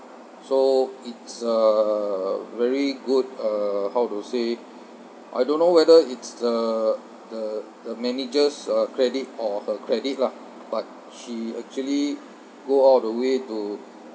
so it's a very good uh how to say I don't know whether it's the the the manager's uh credit or her credit lah but she actually go all the way to